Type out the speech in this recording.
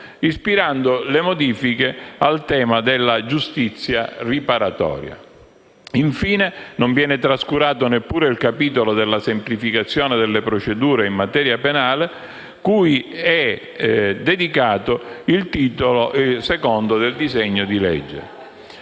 ispirando le modifiche al tema della giustizia riparatoria. Infine, non viene trascurato neppure il capitolo della semplificazione delle procedure in materia penale, cui è dedicato il Titolo II del disegno di legge.